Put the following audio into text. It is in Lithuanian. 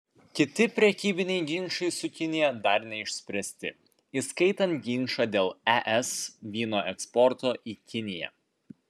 kiti prekybiniai ginčai su kinija dar neišspręsti įskaitant ginčą dėl es vyno eksporto į kiniją